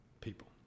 people